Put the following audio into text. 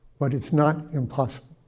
but it's not impossible.